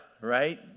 right